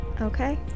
Okay